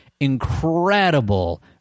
incredible